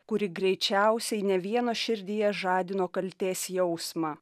kuri greičiausiai ne vieno širdyje žadino kaltės jausmą